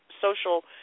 social